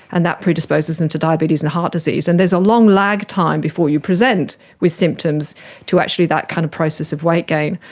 and that predisposes them to diabetes and heart disease, and there's a long lag time before you present with symptoms to actually that kind of process of weight gain.